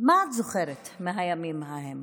מה את זוכרת מהימים ההם?